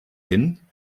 hin